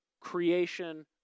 creation